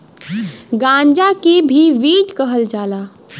गांजा के भी वीड कहल जाला